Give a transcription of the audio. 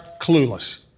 clueless